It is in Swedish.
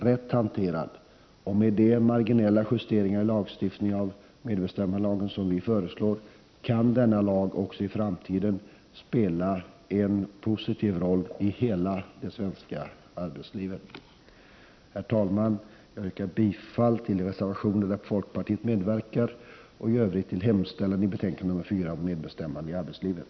Rätt hanterad och med de marginella justeringar i lagstiftningen som vi föreslår kan medbestämmandelagen också i framtiden spela en positiv roll i hela det svenska arbetslivet. Herr talman! Jag yrkar bifall till de reservationer där folkpartiet medverkar och i övrigt till hemställan i arbetsmarknadsutskottets betänkande 4 om medbestämmande i arbetslivet.